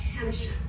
attention